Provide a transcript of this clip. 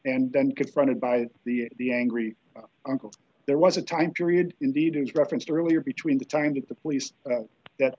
and then confronted by the the angry uncle there was a time period indeed as referenced earlier between the time that the police that